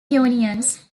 unions